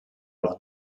leur